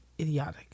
idiotic